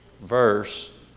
verse